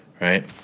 Right